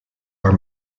are